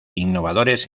innovadores